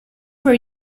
were